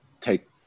take